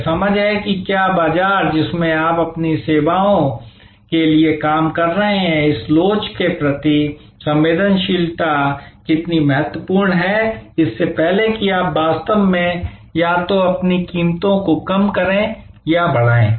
यह समझ है कि क्या बाजार जिसमें आप अपनी सेवाओं के लिए काम कर रहे हैं इस लोच के प्रति संवेदनशीलता कितनी महत्वपूर्ण है इससे पहले कि आप वास्तव में या तो अपनी कीमतों को कम करें या बढ़ाएं